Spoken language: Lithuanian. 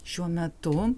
šiuo metu